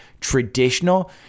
traditional